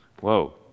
Whoa